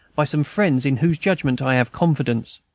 by some friends in whose judgment i have confidence.